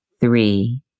Three